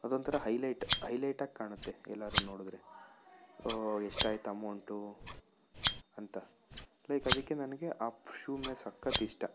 ಅದು ಒಂಥರ ಹೈಲೈಟ್ ಹೈಲೈಟಾಗಿ ಕಾಣುತ್ತೆ ಎಲ್ಲಾರು ನೋಡಿದ್ರೆ ಓಹ್ ಎಷ್ಟಾಯ್ತು ಅಮೌಂಟು ಅಂತ ಲೈಕ್ ಅದಕ್ಕೆ ನನಗೆ ಆ ಶೂ ಮೇಲೆ ಸಕ್ಕತ್ತ ಇಷ್ಟ